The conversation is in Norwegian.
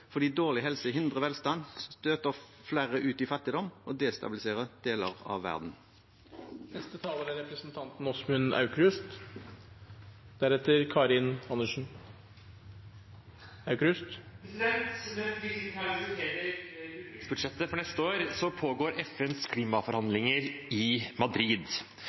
fordi dårlig helse hindrer velstand, støter flere ut i fattigdom og destabiliserer deler av verden. Mens vi sitter her og diskuterer utenriksbudsjettet for neste år, pågår FNs klimaforhandlinger i Madrid.